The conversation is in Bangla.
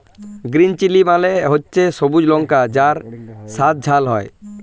গ্রিন চিলি মানে হচ্ছে সবুজ লঙ্কা যার স্বাদ ঝাল হয়